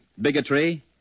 bigotry